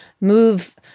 move